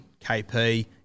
KP